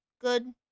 good